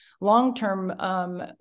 long-term